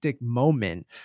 moment